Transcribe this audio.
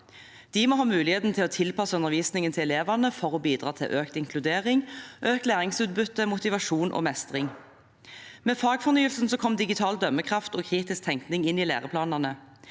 De må ha muligheten til å tilpasse undervisningen til elevene for å bidra til økt inkludering, økt læringsutbytte, motivasjon og mestring. Med fagfornyelsen kom digital dømmekraft og kritisk tenkning inn i læreplanene.